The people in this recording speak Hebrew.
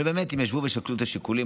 אבל באמת הם ישבו ושקלו את השיקולים.